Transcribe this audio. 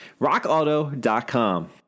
rockauto.com